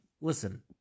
Listen